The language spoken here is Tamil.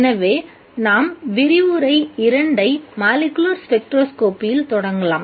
எனவே நாம் விரிவுரை 2ஐ மாலிக்குலர் ஸ்பெக்ட்ரோஸ்கோப்பியில் தொடங்கலாம்